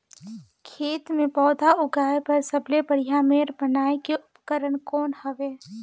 खेत मे पौधा उगाया बर सबले बढ़िया मेड़ बनाय के उपकरण कौन हवे?